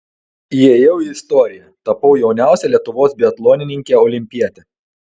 įėjau į istoriją tapau jauniausia lietuvos biatlonininke olimpiete